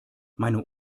meine